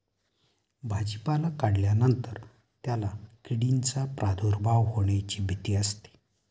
भाजीपाला काढल्यानंतर त्याला किडींचा प्रादुर्भाव होण्याची भीती असते